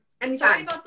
anytime